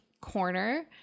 corner